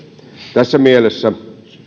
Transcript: tässä mielessä